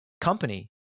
company